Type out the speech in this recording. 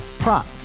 Prop